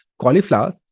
cauliflower